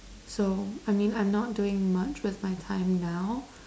so I mean I'm not doing much with my time now